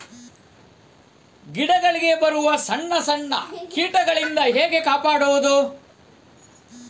ಗಿಡಗಳಿಗೆ ಬರುವ ಸಣ್ಣ ಸಣ್ಣ ಕೀಟಗಳಿಂದ ಹೇಗೆ ಕಾಪಾಡುವುದು?